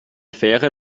fähre